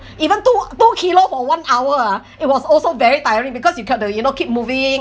even two two kilo for one hour ah it was also very tiring because you got to you know keep moving